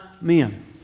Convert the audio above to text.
men